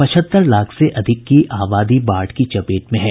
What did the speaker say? पचहत्तर लाख से अधिक की आबादी बाढ़ की चपेट में है